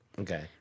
Okay